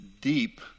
deep